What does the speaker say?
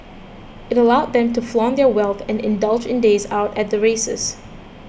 it allowed them to flaunt their wealth and indulge in days out at the races